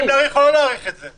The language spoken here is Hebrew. אם להאריך או לא להאריך את זה.